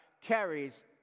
carries